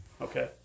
Okay